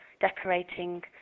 decorating